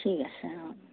ঠিক আছে অঁ